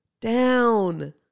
down